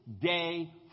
day